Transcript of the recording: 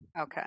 Okay